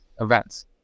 events